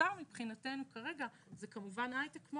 הקטר מבחינתנו כרגע זה כמו הייטק.